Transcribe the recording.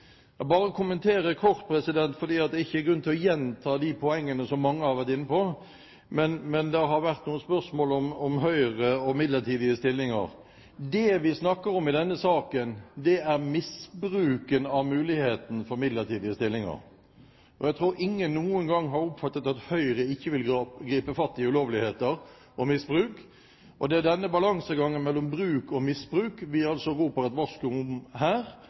Jeg vil bare kommentere kort, for det er ikke grunn til å gjenta de poengene som mange har vært inne på. Men det har vært noen spørsmål om Høyre og midlertidige stillinger. Det vi snakker om i denne saken, er misbruken av muligheten for midlertidige stillinger. Jeg tror ingen noen gang har oppfattet at Høyre ikke vil gripe fatt i ulovligheter og misbruk. Det er altså denne balansegangen mellom bruk og misbruk vi roper et varsko om her,